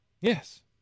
Yes